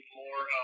more